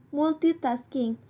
multitasking